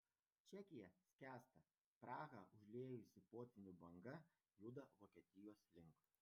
čekija skęsta prahą užliejusi potvynių banga juda vokietijos link